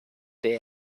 day